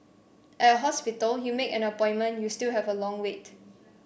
at a hospital you make an appointment you still have a long wait